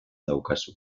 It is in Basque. daukazu